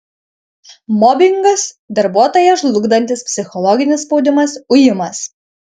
mobingas darbuotoją žlugdantis psichologinis spaudimas ujimas